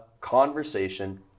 conversation